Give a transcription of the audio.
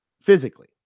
physically